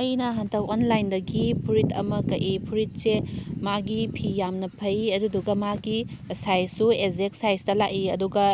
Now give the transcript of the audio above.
ꯑꯩꯅ ꯍꯟꯗꯛ ꯑꯣꯟꯂꯥꯏꯟꯗꯒꯤ ꯐꯨꯔꯤꯠ ꯑꯃ ꯀꯛꯏ ꯐꯨꯔꯤꯠꯁꯦ ꯃꯥꯒꯤ ꯐꯤ ꯌꯥꯝꯅ ꯐꯩ ꯑꯗꯨꯗꯨꯒ ꯃꯥꯒꯤ ꯁꯥꯏꯖꯁꯨ ꯑꯦꯛꯖꯦꯛ ꯁꯥꯏꯖꯇ ꯂꯥꯛꯏ ꯑꯗꯨꯒ